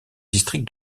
district